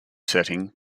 setting